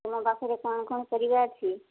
ତମ ପାଖରେ କ'ଣ କ'ଣ ପରିବା ଅଛି